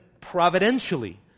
providentially